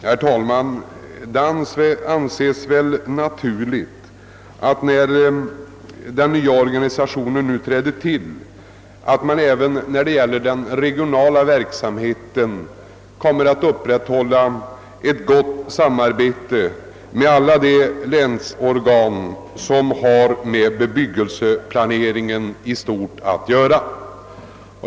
Herr talman! Det kan väl anses naturligt att man, när den nya organisationen nu träder till, även beträffande den regionala verksamheten kommer att upprätthålla ett gott samarbete med alla länsorgan som har med bebyggelseplaneringen i stort att göra.